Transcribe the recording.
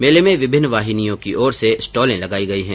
मेले मे विभिन्न वाहिनियों की ओर से स्टॉले लगाई गई है